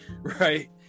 right